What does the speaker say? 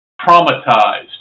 traumatized